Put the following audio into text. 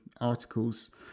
articles